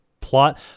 plot